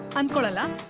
umbrella.